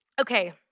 Okay